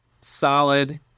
solid